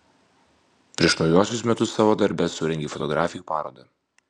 prieš naujuosius metus savo darbe surengei fotografijų parodą